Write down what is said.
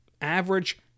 average